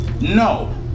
No